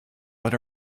but